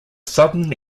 southern